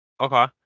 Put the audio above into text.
Okay